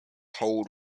cold